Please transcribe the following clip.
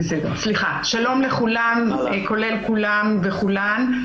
שלום לכולם, כולל כולם וכולן.